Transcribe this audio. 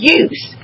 use